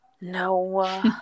No